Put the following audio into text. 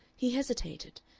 he hesitated,